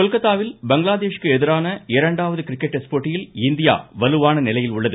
கொல்கத்தாவில் பங்களாதேஷ் க்கு எதிரான இரண்டாவது கிரிக்கெட் டெஸ்ட் போட்டியில் இந்தியா வலுவான நிலையில் உள்ளது